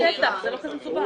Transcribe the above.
--- לשטח, זה לא כזה מסובך.